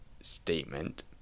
statement